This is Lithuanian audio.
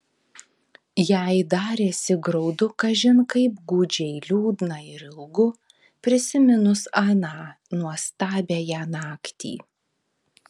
jai darėsi graudu kažin kaip gūdžiai liūdna ir ilgu prisiminus aną nuostabiąją naktį